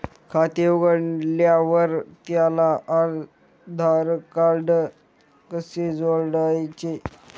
खाते उघडल्यावर त्याला आधारकार्ड कसे जोडायचे?